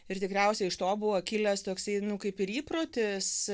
ir tikriausiai iš to buvo kilęs toksai nu kaip ir įprotis